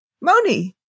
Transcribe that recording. Moni